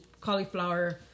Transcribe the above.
cauliflower